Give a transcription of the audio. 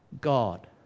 God